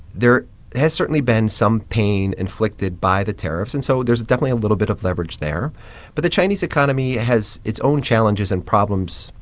there has certainly been some pain inflicted by the tariffs, and so there's definitely a little bit of leverage there but the chinese economy has its own challenges and problems,